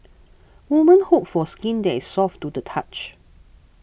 women hope for skin that is soft to the touch